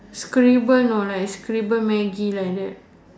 scribble know like scribble maggi like that